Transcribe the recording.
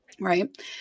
Right